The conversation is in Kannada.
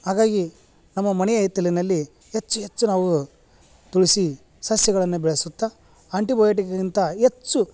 ಹಾಗಾಗಿ ನಮ್ಮ ಮನೆಯ ಹಿತ್ತಲಿನಲ್ಲಿ ಹೆಚ್ಚು ಹೆಚ್ಚು ನಾವು ತುಳಸಿ ಸಸ್ಯಗಳನ್ನು ಬೆಳೆಸುತ್ತಾ ಆಂಟಿಬಯೋಟಿಕ್ಗಿಂತ ಹೆಚ್ಚು